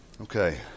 Okay